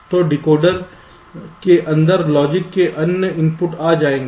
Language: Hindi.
तो डिकोडर के अंदर लॉजिक से अन्य इनपुट आ जाएगा